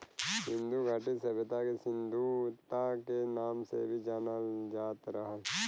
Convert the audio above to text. सिन्धु घाटी सभ्यता के सिन्धु सभ्यता के नाम से भी जानल जात रहल